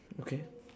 okay